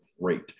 great